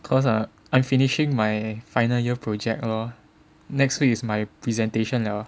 cause err I finishing my final year project lor next week is my presentation 了